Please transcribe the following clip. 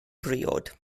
briod